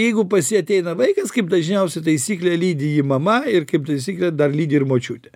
jeigu pas jį ateina vaikas kaip dažniausia taisyklė lydi jį mama ir kaip taisyklė dar lydi ir močiutė